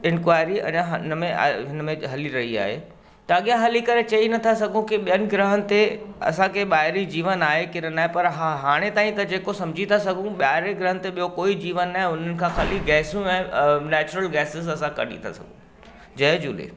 enquiry अञा हन में आहे हिन में हली रही आहे त अॻियां हली करे चई नथा सघूं की ॿियनि ग्रहनि ते असांखे ॿाहिरीं जीवन आहे की न आहे पर हाणे ताईं त जेको सम्झी ता सघूं ॿाहिरी ग्रंथ ॿियो कोई जीवन न आहे हुननि खां खाली गैसियूं ऐं नैचुरल गैसिस असां कढी था सघूं जय झूले